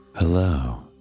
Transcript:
Hello